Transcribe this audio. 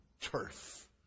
turf